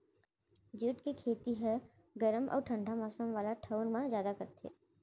jute के खेती ह गरम अउ ठंडा मौसम वाला ठऊर म जादा करथे